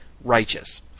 righteous